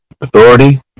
authority